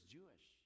Jewish